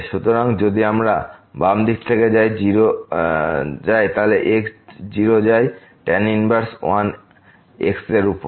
সুতরাং যদি আমরা বাম দিক থেকে যাই তাহলে x 0 যায় tan ইনভারস 1 xএর উপর